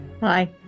Hi